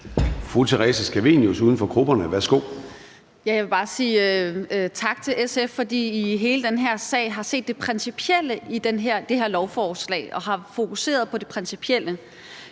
Theresa Scavenius (UFG): Jeg vil bare sige tak til SF, fordi I i hele den her sag har set det principielle i det her lovforslag og har fokuseret på det principielle.